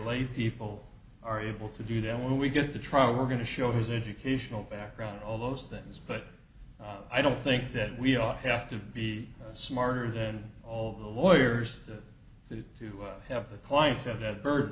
lay people are able to do that when we get to trial we're going to show his educational background all those things but i don't think that we all have to be smarter than all the lawyers that do have clients have that bird